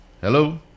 hello